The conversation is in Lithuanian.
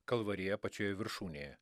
kalvarija pačioje viršūnėje